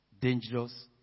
dangerous